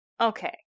Okay